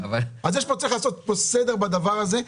אז צריך לעשות פה סדר בדבר הזה,